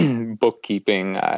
bookkeeping